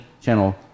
channel